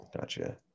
Gotcha